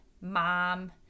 mom